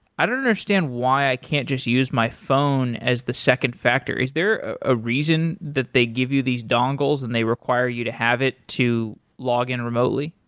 i don't understand why i can't just use my phone as the second factor. is there a reason that they give you these dongles and they require you to have it to login remotely?